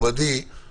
השני, בסעיף 22ז(ב),